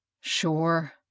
Sure